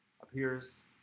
appears